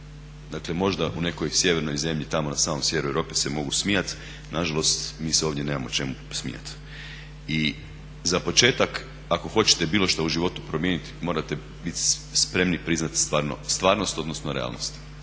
Dakle, možda u nekoj sjevernoj zemlji tamo na samom sjeveru Europe se mogu smijati, nažalost mi se ovdje nemamo čemu smijati. I za početak ako hoćete bilo što u životu promijeniti morate biti spremni priznati stvarnost, odnosno realnost,